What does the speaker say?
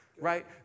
right